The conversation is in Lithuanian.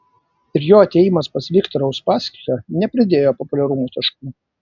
ir jo atėjimas pas viktorą uspaskichą nepridėjo populiarumo taškų